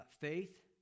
Faith